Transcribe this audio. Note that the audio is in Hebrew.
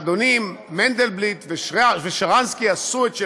האדונים מנדלבליט ושרנסקי עשו את שלהם,